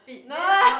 no